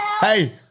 Hey